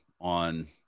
on